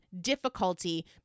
difficulty